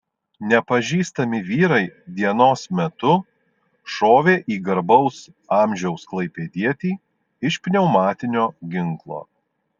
nepažįstami vyrai dienos metu šovė į garbaus amžiaus klaipėdietį iš pneumatinio ginklo